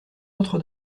notre